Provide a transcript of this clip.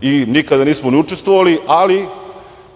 i nikada nismo ni učestvovali, ali